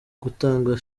gutanga